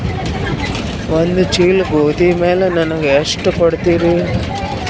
ಒಂದ ಚೀಲ ಗೋಧಿ ಮ್ಯಾಲ ನನಗ ಎಷ್ಟ ಕೊಡತೀರಿ?